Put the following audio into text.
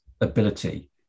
ability